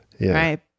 Right